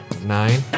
Nine